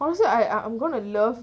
honestly I I'm gonna love